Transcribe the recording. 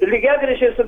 lygiagrečiai su